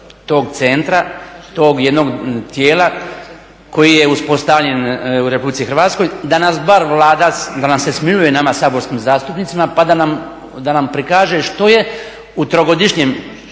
tog centra, tog jednog tijela koji je uspostavljen u RH, da nas bar Vlada, da nam se smiluje nama saborskim zastupnicima pa da nam prikaže što je u 3-godišnjem